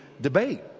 debate